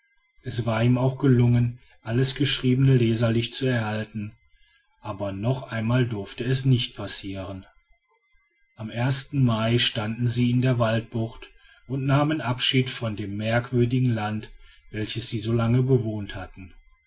es war ihm auch gelungen alles geschriebene leserlich zu erhalten aber noch einmal durfte es nicht passieren am mai standen sie in der waldbucht und nahmen abschied von dem merkwürdigen lande welches sie so lange bewohnt hatten